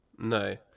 No